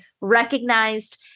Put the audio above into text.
recognized